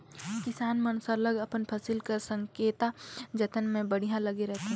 किसान मन सरलग अपन फसिल कर संकेला जतन में बड़िहा लगे रहथें